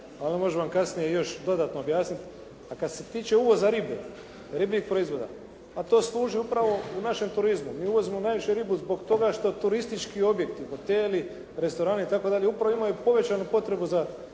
onda može vam kasnije još dodatno objasniti. A kad se tiče uvoza ribe, ribljih proizvoda pa to služi upravo u našem turizmu. Mi uvozimo najviše ribu zbog toga što turistički objekti, hoteli, restorani i tako dalje upravo imaju povećanu potrebu za